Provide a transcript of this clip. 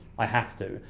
i have to.